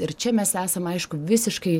ir čia mes esam aišku visiškai